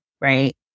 right